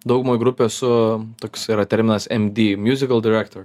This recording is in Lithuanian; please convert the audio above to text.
daugumai grupių esu toks yra terminas md musical director